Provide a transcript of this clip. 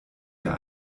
ihr